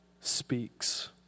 speaks